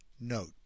Note